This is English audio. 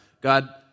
God